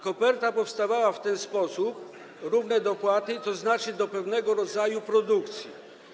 Koperta powstawała w ten sposób: równe dopłaty, tzn. do pewnego rodzaju produkcji.